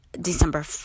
December